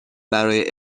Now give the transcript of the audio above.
برای